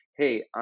hey